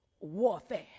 warfare